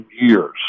years